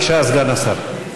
בבקשה, סגן השר.